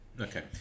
Okay